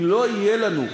אם לא יהיו לנו,